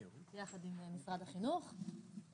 יחד עם משרד החינוך.